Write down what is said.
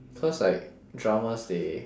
cause like drummers they